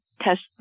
test